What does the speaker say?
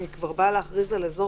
שאם ועדת השרים כבר באה להכריז על אזור